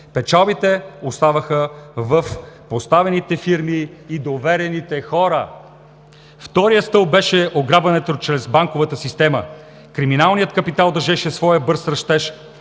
Печалбите оставаха в поставените фирми и доверените хора. Вторият стълб беше ограбването чрез банковата система. Криминалният капитал дължеше своя бърз растеж